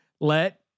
Let